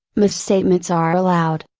misstatements are allowed.